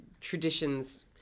traditions